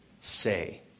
say